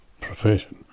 profession